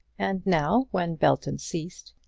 and now, when belton ceased,